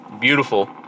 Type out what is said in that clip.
beautiful